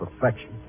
perfection